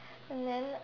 and then